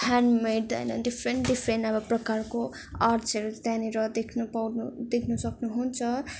handmade होइन different different अब प्रकारको आर्टसहरू त्यहाँनिर देख्न पाउनु देख्न सक्नुहुन्छ